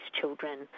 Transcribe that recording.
children